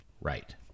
right